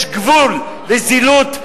יש גבול לזילות,